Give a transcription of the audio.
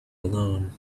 alone